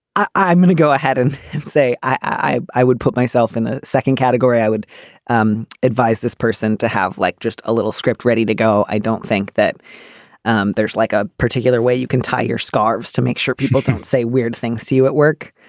i'm going to go ahead and say i i would put myself in the second category. i would um advise this person to have like just a little script ready to go. i don't think that um there's like a particular way you can tie your scarves to make sure people don't say weird things. see you at work.